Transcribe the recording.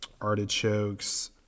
artichokes